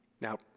Now